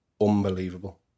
Unbelievable